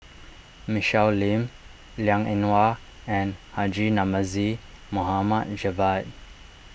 Michelle Lim Liang Eng Hwa and Haji Namazie Mohd Javad